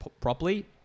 properly